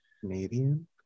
Canadian